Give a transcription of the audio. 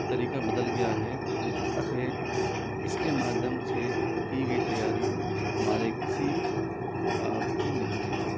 तरीका बदल गया है अतः इसके माध्यम से की गई तैयारी हमारे किसी काम की नहीं है